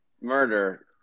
Murder